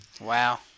Wow